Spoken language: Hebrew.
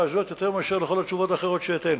הזאת יותר מאשר לכל התשובות האחרות שאתן.